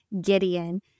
Gideon